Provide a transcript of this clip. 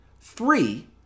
Three